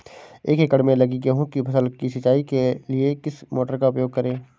एक एकड़ में लगी गेहूँ की फसल की सिंचाई के लिए किस मोटर का उपयोग करें?